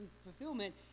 fulfillment